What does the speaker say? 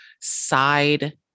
side